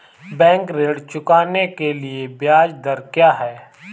Bank ऋण चुकाने के लिए ब्याज दर क्या है?